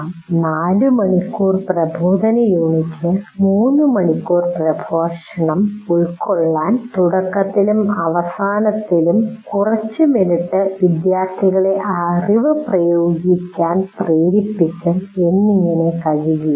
4 മണിക്കൂർ പ്രബോധന യൂണിറ്റിന് 3 മണിക്കൂർ പ്രഭാഷണം ഉൾക്കൊള്ളാൻ തുടക്കത്തിലും അവസാനത്തിലും കുറച്ച് മിനിറ്റ് വിദ്യാർത്ഥികളെ അറിവ് ഉപയോഗിക്കാൻ പ്രേരിപ്പിക്കൽ എന്നിങ്ങനെ കഴിയില്ല